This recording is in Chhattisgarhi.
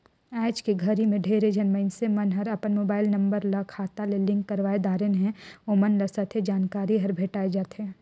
आइज के घरी मे ढेरे झन मइनसे मन हर अपन मुबाईल नंबर मन ल खाता ले लिंक करवाये दारेन है, ओमन ल सथे जानकारी हर भेंटाये जाथें